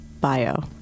bio